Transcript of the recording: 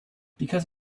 because